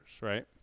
right